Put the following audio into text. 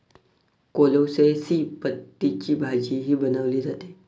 कोलोसेसी पतींची भाजीही बनवली जाते